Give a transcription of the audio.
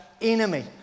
enemy